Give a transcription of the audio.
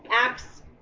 Acts